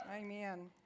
amen